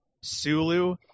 Sulu